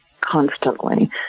constantly